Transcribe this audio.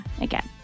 Again